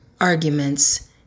arguments